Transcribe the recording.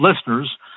listeners